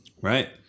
Right